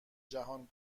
جهان